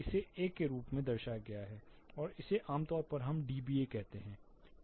इसे A के रूप में दर्शाया गया है और इसे आम तौर पर हम dBA कहते हैं